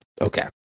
Okay